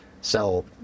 sell